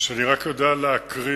שאני רק יודע להקריא